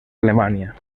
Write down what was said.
alemania